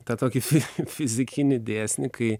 tą tokį fi fizikinį dėsnį kai